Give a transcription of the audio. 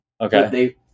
Okay